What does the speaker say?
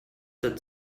that